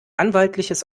anwaltliches